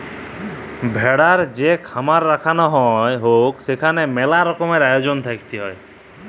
ভেড়ার যে খামার রাখাঙ হউক সেখালে মেলা রকমের আয়জল থাকত হ্যয়